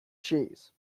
cheese